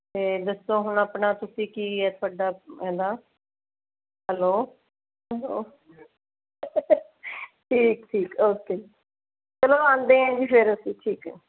ਅਤੇ ਦੱਸੋ ਹੁਣ ਆਪਣਾ ਤੁਸੀਂ ਕੀ ਹੈ ਤੁਹਾਡਾ ਇਹਦਾ ਹੈਲੋ ਠੀਕ ਠੀਕ ਓਕੇ ਚਲੋ ਆਉਂਦੇ ਹਾਂ ਜੀ ਫੇਰ ਅਸੀਂ ਠੀਕ ਹੈ